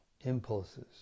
impulses